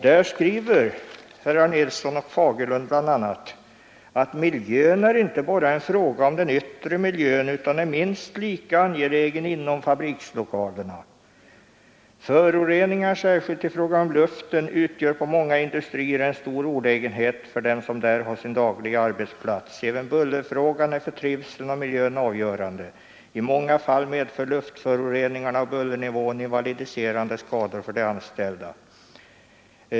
Där skriver herrar Nilsson och Fagerlund bl.a. att miljön är inte bara en fråga om den yttre miljön utan är minst lika angelägen inom fabrikslokalerna. Föroreningar, särskilt i fråga om luften, utgör på många industrier en stor olägenhet för den som där har sin dagliga arbetsplats. Även bullerfrågan är för trivseln och miljön avgörande. I många fall medför luftföroreningarna och bullernivån invalidiserande skador för de anställda.